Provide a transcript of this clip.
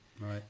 Right